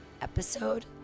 episode